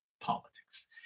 politics